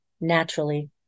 naturally